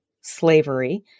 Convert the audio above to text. slavery